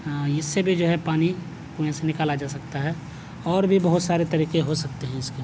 اس سے بھی جو ہے پانی کنویں سے نکالا جا سکتا ہے اور بھی بہت سارے طریقے ہو سکتے ہیں اس کے